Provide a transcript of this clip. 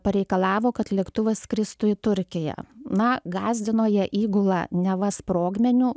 pareikalavo kad lėktuvas skristų į turkiją na gąsdino jie įgulą neva sprogmeniu